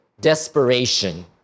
desperation